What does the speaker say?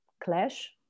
clash